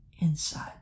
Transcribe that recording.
Inside